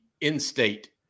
in-state